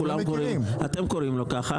אתם קוראים לו כך.